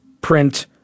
print